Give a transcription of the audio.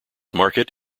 market